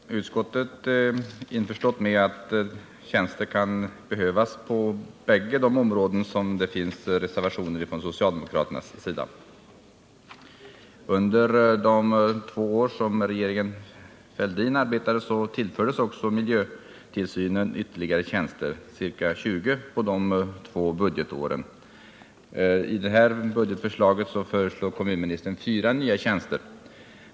Herr talman! Utskottet är införstått med att tjänster kan behövas på de bägge områden där det finns reservationer från socialdemokraternas sida. Under de två år som regeringen Fälldin arbetade tillfördes miljötillsynen ytterligare ca 20 tjänster. I det här budgetförslaget föreslår kommunministern fyra nya tjänster.